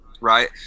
right